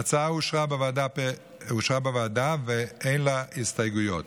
ההצעה אושרה בוועדה ואין לה הסתייגויות.